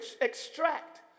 extract